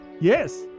yes